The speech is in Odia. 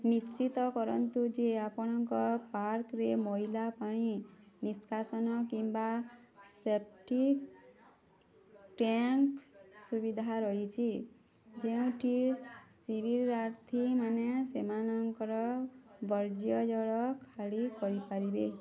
ନିଶ୍ଚିତ କରନ୍ତୁ ଯେ ଆପଣଙ୍କ ପାର୍କରେ ମଇଲା ପାଣି ନିଷ୍କାସନ କିମ୍ବା ସେପ୍ଟିକ୍ ଟ୍ୟାଙ୍କ୍ ସୁବିଧା ରହିଛି ଯେଉଁଠି ଶିବିରାର୍ଥୀମାନେ ସେମାନଙ୍କ ବର୍ଜ୍ୟଜଳ ଖାଲି କରିପାରିବେ